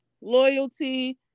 loyalty